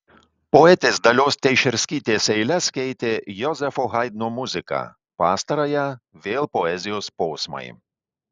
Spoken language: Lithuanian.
poetės dalios teišerskytės eiles keitė jozefo haidno muzika pastarąją vėl poezijos posmai